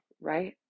right